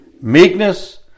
Meekness